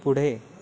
पुढे